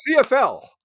CFL